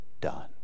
done